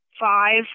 Five